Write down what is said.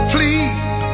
Please